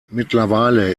mittlerweile